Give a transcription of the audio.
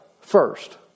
first